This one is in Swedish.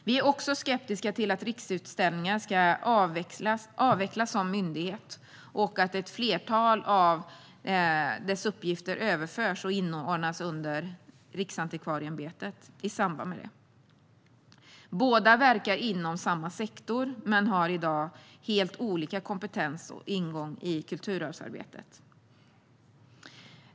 Vi är också skeptiska till att Riksutställningar ska avvecklas som myndighet och att ett flertal av uppgifterna ska överföras och inordnas i Riksantikvarieämbetet i samband med det. Båda verkar inom samma sektor men har i dag helt olika kompetens och ingång i kulturarvsarbetet.